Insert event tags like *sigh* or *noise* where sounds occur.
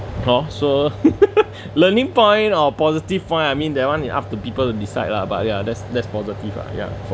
hor so *laughs* learning point or positive point I mean that one is up to people to decide lah but ya that's that's positive ah for